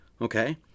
okay